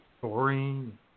Boring